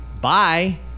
bye